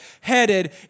headed